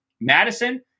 Madison